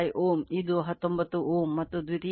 25 Ω ಇದು 19 Ω ಮತ್ತು ದ್ವಿತೀಯಕ ಅದು 0